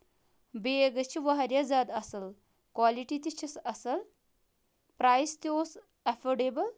bag حظ چھُ واریاہ زیادٕ اَصٕل کالِٹی تہِ چھَس اَصٕل پرایس تہِ اوس ایفٲڈیبٕل